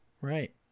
Right